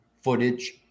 footage